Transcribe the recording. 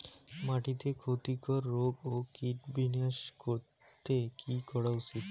মাটিতে ক্ষতি কর রোগ ও কীট বিনাশ করতে কি করা উচিৎ?